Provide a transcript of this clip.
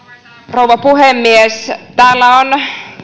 rouva puhemies täällä on